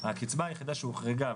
הקצבה היחידה שהוחרגה,